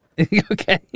Okay